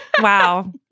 Wow